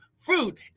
fruit